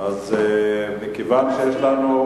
בוא נצביע,